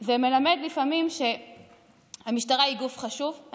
זה מלמד לפעמים שהמשטרה היא גוף חשוב,